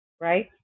right